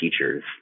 teachers